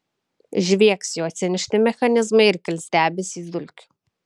žviegs jo atsinešti mechanizmai ir kils debesys dulkių